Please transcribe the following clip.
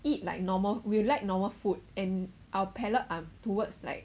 eat like normal we like normal food and our palate are towards like